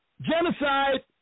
genocide